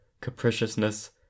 capriciousness